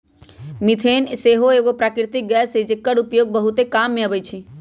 methane सेहो एगो प्राकृतिक गैस हई जेकर उपयोग बहुते काम मे अबइ छइ